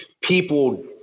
people